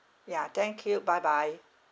ya thank you bye bye